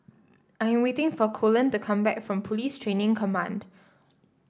I am waiting for Colleen to come back from Police Training Command